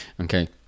okay